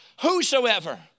whosoever